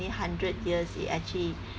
every hundred years it actually